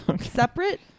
separate